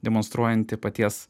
demonstruojanti paties